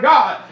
God